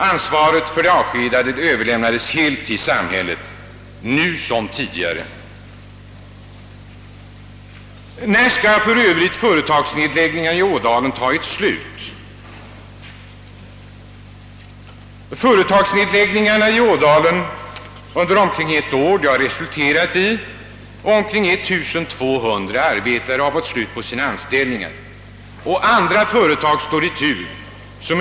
Ansvaret för de avskedade överlämna des helt till samhället — nu som tidigare. När skall för övrigt företagsnedläggningarna i Ådalen ta slut? Företagsnedläggningarna där under omkring ett år har resulterat i att omkring 1200 fått sluta sina anställningar, och andra företag står i tur.